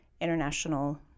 international